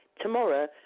tomorrow